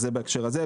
זה בהקשר הזה.